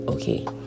Okay